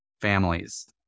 families